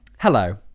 Hello